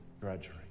drudgery